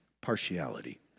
partiality